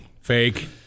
Fake